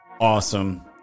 awesome